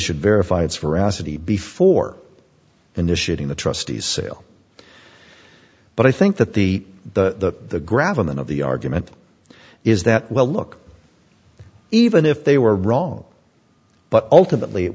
should verify its veracity before initiating the trustees sale but i think that the the graviton of the argument is that well look even if they were wrong but ultimately it